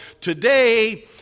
today